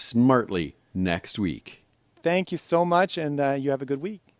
smartly next week thank you so much and you have a good week